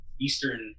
Eastern